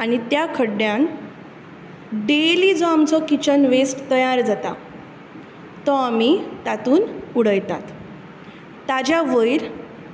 आनी त्या खड्ड्यान डैली जो आमचो किचन वेस्ट तयार जाता तो आमी तातूंत उडयतात ताज्या वयर